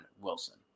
wilson